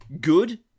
Good